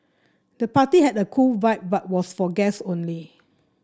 the party had a cool vibe but was for guests only